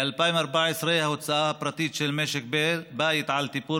ב-2014 ההוצאה הפרטית של משק בית על טיפול